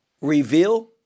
reveal